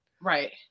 right